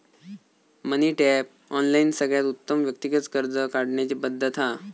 मनी Tap, online सगळ्यात उत्तम व्यक्तिगत कर्ज काढण्याची पद्धत हा